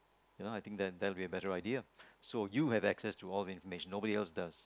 you know I think that that would be a better idea so you have excess to all the information nobody else does